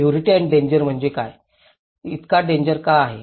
purity आणि danger म्हणजे काय इतका डेंजर का आहे